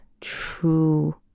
true